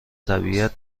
طبیعت